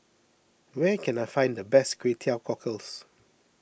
where can I find the best Kway Teow Cockles